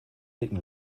blicken